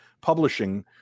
publishing